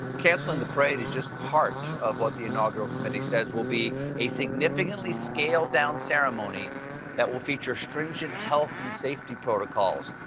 cancelling the parade is just part of what the inaugural committee says will be a significantly scaled-down ceremony that will feature stringent health and safety protocols.